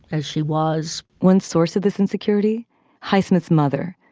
as she was one source of this insecurity highsmith's mother,